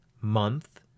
month